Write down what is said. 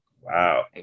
Wow